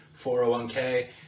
401k